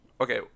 Okay